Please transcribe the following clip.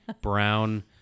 brown